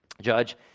Judge